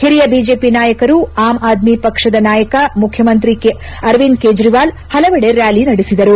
ಹಿರಿಯ ಬಿಜೆಪಿ ನಾಯಕರು ಆಮ್ ಆದ್ನಿ ಪಕ್ಷದ ನಾಯಕ ಮುಖ್ಯಮಂತ್ರಿ ಅರವಿಂದ್ ಕೇಜ್ರವಾಲ್ ಪಲವೆಡೆ ರ್ನಾಲಿ ನಡೆಸಿದರು